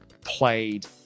played